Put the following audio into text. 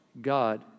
God